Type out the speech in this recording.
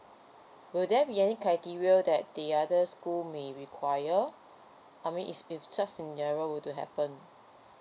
will there be any criteria that the other school may require I mean if it's just scenario will to happen